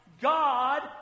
God